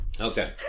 okay